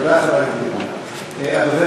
תודה, חבר הכנסת ליפמן.